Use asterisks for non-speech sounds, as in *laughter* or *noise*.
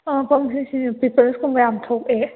ꯑꯥ *unintelligible* pimples ꯀꯨꯝꯕ ꯌꯥꯝ ꯊꯣꯛꯑꯦ